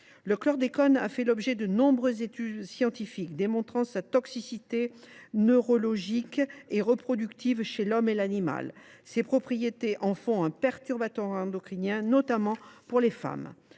Le chlordécone a fait l’objet de nombreuses études scientifiques démontrant sa toxicité neurologique et reproductive chez l’homme et chez l’animal. Ces propriétés en font un perturbateur endocrinien, notamment pour les femmes.